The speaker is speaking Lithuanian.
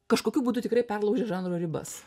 kažkokiu būdu tikrai perlaužė žanro ribas